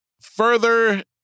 Further